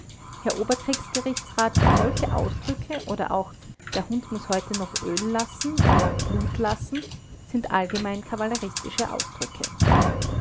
herr oberkriegsgerichtsrat solche ausdrücke oder auch der hund muß heute noch öl lassen oder blut lassen sind allgemein kavalleristische ausdrücke